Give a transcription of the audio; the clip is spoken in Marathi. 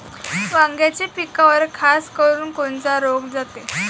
वांग्याच्या पिकावर खासकरुन कोनचा रोग जाते?